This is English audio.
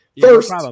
First